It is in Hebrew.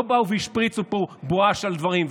לא באו והשפריצו בואש על דברים,